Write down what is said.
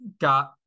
got